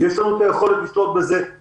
יש לנו את היכולת לשלוט בזה, לפקח,